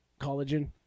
Collagen